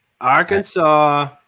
Arkansas